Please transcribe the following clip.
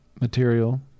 material